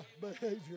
behavior